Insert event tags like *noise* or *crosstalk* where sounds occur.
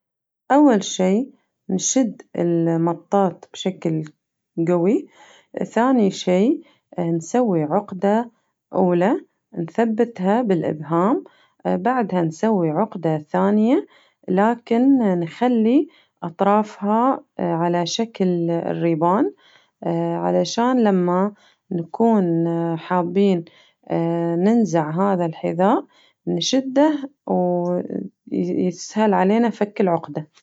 أول شي نشد المطاط بشكل قوي ثاني شي نشوي عقدة أولى نثبتها بالإبهام بعدها نسوي عقدة ثانية لكن نخلي أطرافها على شكل ريبان *hesitation* علشان لما نكون حابين *hesitation* ننزع هذا الحذاء نشده ويسهل علينا فك العقدة.